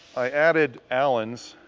i added allens,